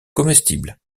comestibles